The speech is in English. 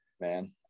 man